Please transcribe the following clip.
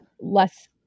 less